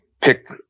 picked